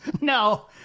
no